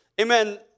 Amen